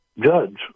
judge